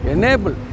Enable